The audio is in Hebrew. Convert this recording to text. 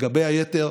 לגבי היתר,